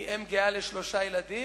אני אם גאה לשלושה ילדים.